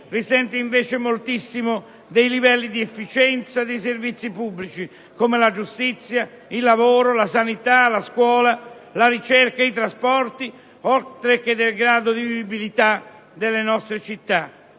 risente invece, moltissimo, dei livelli di efficienza dei servizi pubblici come la giustizia, il lavoro, la sanità, la scuola, la ricerca, i trasporti, oltre che del grado di vivibilità delle nostre città.